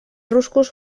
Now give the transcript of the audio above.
ruscos